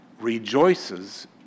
rejoices